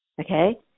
Okay